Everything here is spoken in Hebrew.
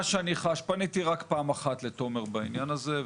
פניתי רק פעם אחת לתומר בעניין הזה,